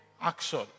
action